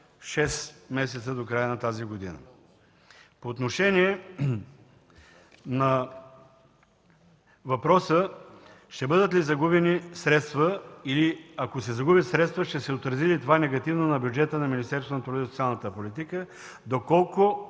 месеца до края на тази година. По отношение на въпроса ще бъдат ли загубени средства или ако се загубят средства, ще се отрази ли това негативно на бюджета на Министерството на труда и социалната политика, доколкото